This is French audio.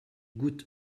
gouttes